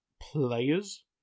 players